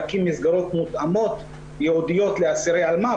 להקים מסגרות מותאמות ייעודיות לאסירי אלמ"ב,